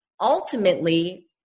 Ultimately